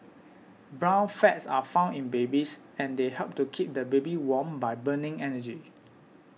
brown fats are found in babies and they help to keep the baby warm by burning energy